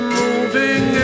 moving